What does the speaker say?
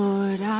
Lord